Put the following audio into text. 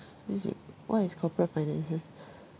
is it what is corporate finances